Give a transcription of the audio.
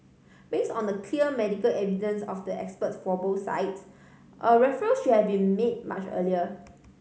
base on the clear medical evidence of the experts for both sides a referral should have been made much earlier